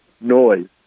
noise